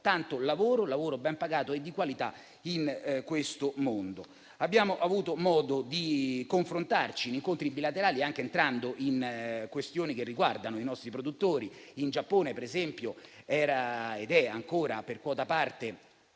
tanto lavoro, ben pagato e di qualità, grazie a questo mondo. Abbiamo avuto poi modo di confrontarci in incontri bilaterali, anche entrando in questioni che riguardano i nostri produttori. In Giappone ad esempio era ed è ancora bloccata, per